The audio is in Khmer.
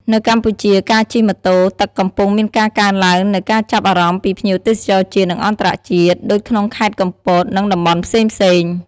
នៅកម្ពុជា ការជិះម៉ូតូទឹកកំពុងមានការកើនឡើងនូវការចាប់អារម្មណ៍ពីភ្ញៀវទេសចរជាតិ និងអន្ដរជាតិ ដូចក្នុងខេត្តកំពត និងតំបន់ផ្សេងៗ។